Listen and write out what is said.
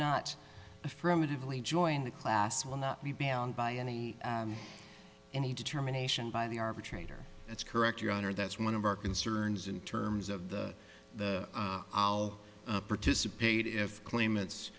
not affirmatively joined the class will not be bound by any any determination by the arbitrator that's correct your honor that's one of our concerns in terms of the the i'll participate if claimants